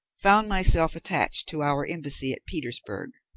found myself attached to our embassy at petersburg.